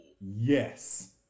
Yes